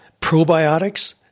probiotics